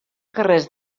carrers